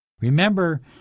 Remember